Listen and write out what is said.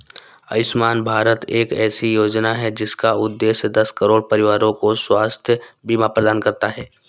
आयुष्मान भारत एक ऐसी योजना है जिसका उद्देश्य दस करोड़ परिवारों को स्वास्थ्य बीमा प्रदान करना है